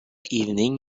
evening